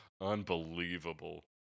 Unbelievable